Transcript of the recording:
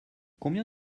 combien